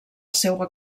seua